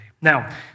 Now